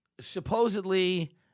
supposedly